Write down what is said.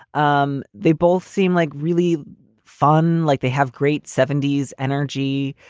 um they both seem like really fun. like they have great seventy s energy.